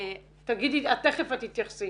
-- תיכף את תתייחסי.